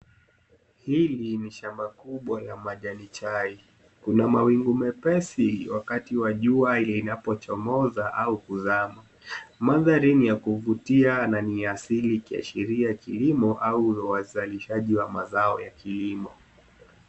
Hili ni shamba kubwa ya majani chai. Kuna mawingu mepesi wakati wa jua linapochomoza au kuzama. Mandhari ni ya kuvutia na ni ya asili ikiashiria kilimo au uzalishaji wa mazao ya kilimo.